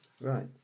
Right